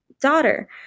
daughter